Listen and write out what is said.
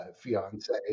fiance